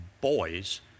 boys